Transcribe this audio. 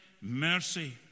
mercy